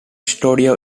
studio